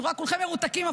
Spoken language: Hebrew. אני רואה שכולכם מרותקים,